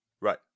Right